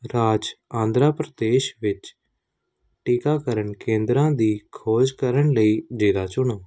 ਰਾਜ ਆਂਧਰਾ ਪ੍ਰਦੇਸ਼ ਵਿੱਚ ਟੀਕਾਕਰਨ ਕੇਂਦਰਾਂ ਦੀ ਖੋਜ ਕਰਨ ਲਈ ਜ਼ਿਲ੍ਹਾ ਚੁਣੋ